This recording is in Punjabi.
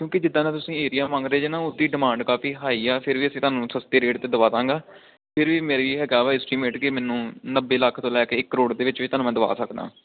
ਕਿਉਂਕਿ ਜਿੱਦਾਂ ਦਾ ਤੁਸੀਂ ਏਰੀਆ ਮੰਗ ਰਹੇ ਜੇ ਨਾ ਉਸਦੀ ਡਿਮਾਂਡ ਕਾਫੀ ਹਾਈ ਆ ਫਿਰ ਵੀ ਅਸੀਂ ਤੁਹਾਨੂੰ ਸਸਤੇ ਰੇਟ 'ਤੇ ਦਵਾ ਦਾਂਗਾ ਫਿਰ ਵੀ ਮੇਰੀ ਹੈਗਾ ਵਾ ਐਸਟੀਮੇਟ ਕਿ ਮੈਨੂੰ ਨੱਬੇ ਲੱਖ ਤੋਂ ਲੈ ਕੇ ਇਕ ਕਰੋੜ ਦੇ ਵਿੱਚ ਵਿੱਚ ਤੁਹਾਨੂੰ ਮੈਂ ਦਵਾ ਸਕਦਾ